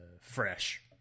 fresh